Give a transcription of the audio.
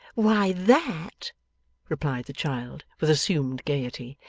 why that replied the child, with assumed gaiety,